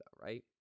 right